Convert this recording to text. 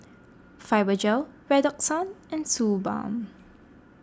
Fibogel Redoxon and Suu Balm